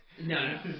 no